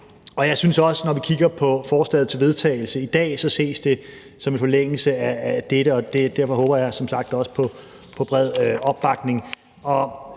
Jeg synes også, at det, når vi kigger på forslaget til vedtagelse i dag, kan ses som en forlængelse af dette, og derfor håber jeg som sagt også på bred opbakning.